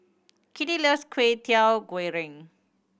Kitty loves Kwetiau Goreng